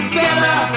better